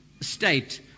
state